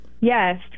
yes